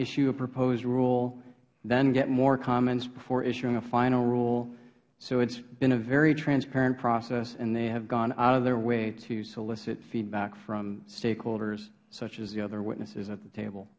issue a proposed rule then get more comments before issuing a final rule it has been a very transparent process and they have gone out of their way to solicit feedback from stakeholders such as the other witnesses at the table